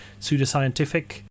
pseudoscientific